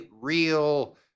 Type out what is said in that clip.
real